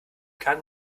kann